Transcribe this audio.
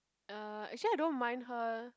uh actually I don't mind her